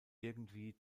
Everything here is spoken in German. irgendwie